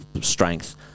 strength